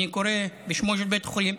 אני קורא בשמו של בית החולים,